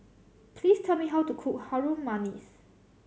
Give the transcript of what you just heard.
please tell me how to cook Harum Manis